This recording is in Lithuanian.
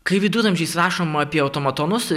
kai viduramžiais rašoma apie automatonus